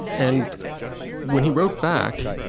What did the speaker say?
and when he wrote back,